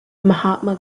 mahatma